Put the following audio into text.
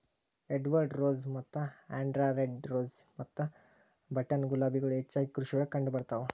Edward rose ಮತ್ತ ಆಂಡ್ರಾ red rose ಮತ್ತ ಬಟನ್ ಗುಲಾಬಿಗಳು ಹೆಚ್ಚಾಗಿ ಕೃಷಿಯೊಳಗ ಕಂಡಬರ್ತಾವ